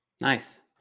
nice